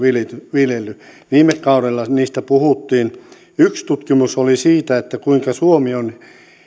viljellyt viime kaudella niistä puhuttiin yksi tutkimus oli siitä kuinka suomi on